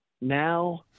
now